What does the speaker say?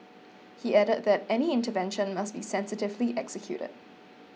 he added that any intervention must be sensitively executed